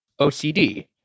OCD